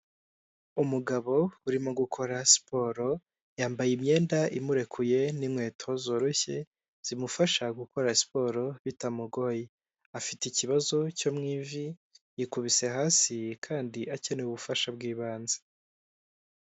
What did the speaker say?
Umugabo uri mo gukora siporo yambaye imyenda imurekuye ninkweto zoroshye zimufasha gukora siporo bitamugoye afite ikibazo cyo mw,ivi yikubise hasi kandi akeneye ubufasha bw'ibanze.